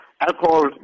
alcohol